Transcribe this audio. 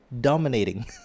dominating